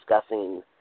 discussing